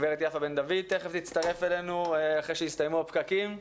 הגברת יפה בן דוד תיכף תצטרף אלינו אחרי שיסתיימו הפקקים.